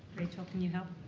rachel, can you help?